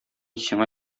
сиңа